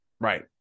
Right